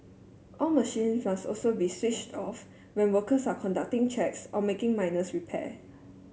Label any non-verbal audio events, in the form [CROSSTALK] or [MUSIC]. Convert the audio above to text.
all machine [UNINTELLIGIBLE] also be switched off when workers are conducting checks or making minors repair